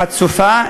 חצופה,